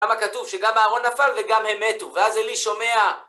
למה כתוב שגם אהרון נפל, וגם הם מתו, ואז עלי שומע?